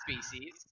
species